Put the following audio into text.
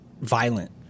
violent